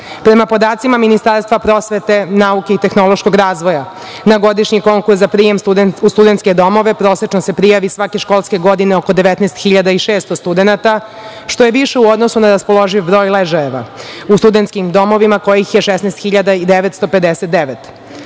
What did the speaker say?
podacima Ministarstva prosvete, nauke i tehnološkog razvoja, na godišnji konkurs za prijem u studentske domove prosečno se prijavi svake školske godine oko 19.600 studenata, što je više u odnosu na raspoloživ broj ležajeva u studentskim domovima kojih je 16.959.